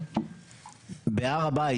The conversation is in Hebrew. בהר הבית,